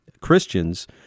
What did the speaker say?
Christians